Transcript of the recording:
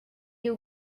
you